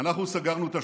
אנחנו סגרנו את השמיים.